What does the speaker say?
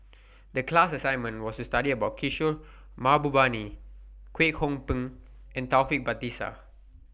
The class assignment was to study about Kishore Mahbubani Kwek Hong Png and Taufik Batisah